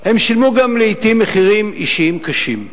והם שילמו גם, לעתים, מחירים אישיים קשים.